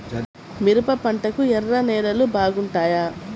మిరప పంటకు ఎర్ర నేలలు బాగుంటాయా?